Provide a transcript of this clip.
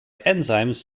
enzymes